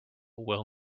will